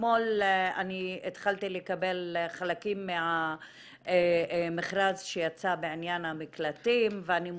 אתמול התחלתי לקבל חלקים מהמכרז שיצא בעניין המקלטים ואני מודה,